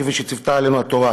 כפי שציוותה עלינו התורה: